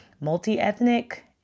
multi-ethnic